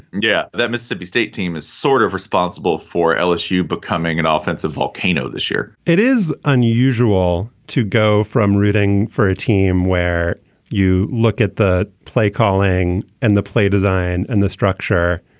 yeah, that mississippi state team is sort of responsible for lsu becoming an and offensive volcano this year it is unusual to go from rooting for a team where you look at the play calling and the play design and the structure.